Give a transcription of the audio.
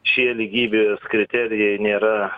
šie lygybės kriterijai nėra